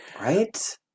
right